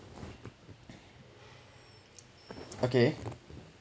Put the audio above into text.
okay